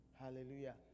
Hallelujah